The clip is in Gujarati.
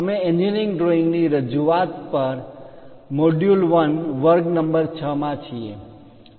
અમે એન્જિનિયરિંગ ડ્રોઈંગ ની રજૂઆત પર મોડ્યુલ 1 વર્ગ નંબર 6 માં છીએ